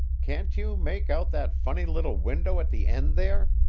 can't you make out that funny little window at the end there?